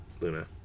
Luna